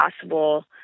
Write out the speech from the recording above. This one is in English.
possible